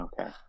Okay